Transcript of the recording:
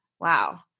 Wow